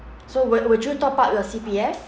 so would would you top up your C_P_F